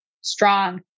strong